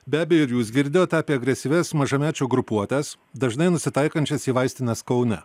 be abejo ir jūs girdėjot apie agresyvias mažamečių grupuotes dažnai nusitaikančias į vaistines kaune